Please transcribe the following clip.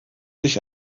sich